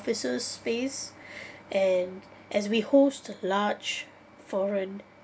offices space and as we host large foreign